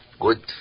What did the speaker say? good